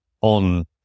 on